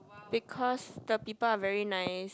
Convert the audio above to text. because the people are very nice